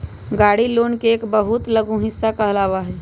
गाड़ी लोन के एक बहुत लघु हिस्सा कहलावा हई